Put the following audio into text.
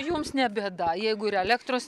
jums ne bėda jeigu ir elektros